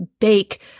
bake